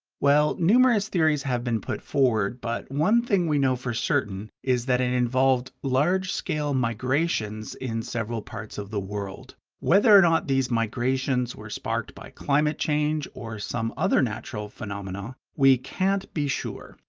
well, numerous theories have been put forward but one thing we know for certain is that it involved large scale migrations in several parts of the world. whether or not these migrations were sparked by climate change or some other natural phenomenon, we can't be sure.